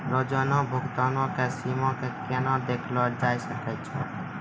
रोजाना भुगतानो के सीमा के केना देखलो जाय सकै छै?